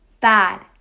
bad